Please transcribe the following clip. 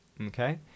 okay